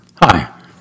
Hi